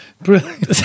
Brilliant